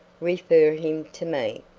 refer him to me.